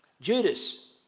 Judas